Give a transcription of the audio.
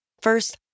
First